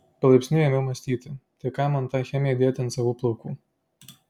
palaipsniui ėmiau mąstyti tai kam man tą chemiją dėti ant savų plaukų